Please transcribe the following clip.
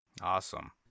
Awesome